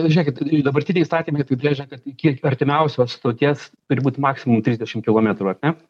žiūrėkit dabartiniai įstatymai apibrėžia kad iki artimiausios stoties turi būt maksimum trisdešim kilometrų ar ne